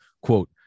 quote